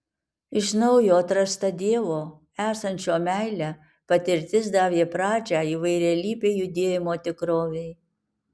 iš naujo atrasta dievo esančio meile patirtis davė pradžią įvairialypei judėjimo tikrovei